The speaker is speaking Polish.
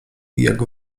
jak